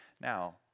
Now